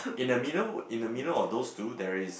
in the middle in the middle of those two there is